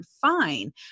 fine